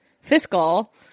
fiscal